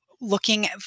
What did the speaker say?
looking